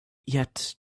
yet